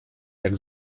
jak